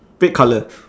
red colour